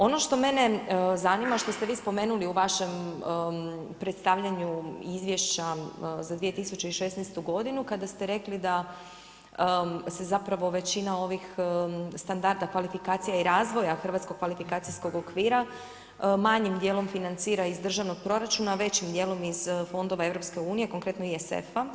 Ono što mene zanima što ste vi spomenuli u vašem predstavljanju Izvješća za 2016. godinu kada ste rekli da se zapravo većina ovih standarda kvalifikacija i razvoja hrvatskog kvalifikacijskog okvira manjim dijelom financira iz državnog proračuna, a većim dijelom iz fondova EU, konkretno ISFA-a.